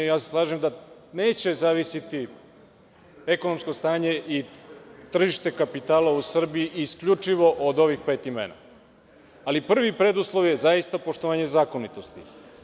Slažem se da neće zavisiti ekonomsko stanje i tržište kapitala u Srbiji isključivo od ovih pet imena, ali prvi preduslov je zaista poštovanje zakonitosti.